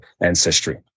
ancestry